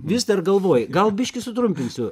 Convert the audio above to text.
vis dar galvoju gal biškį sutrumpinsiu